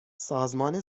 سازمان